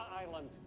island